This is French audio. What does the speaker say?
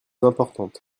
importante